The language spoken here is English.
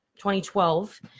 2012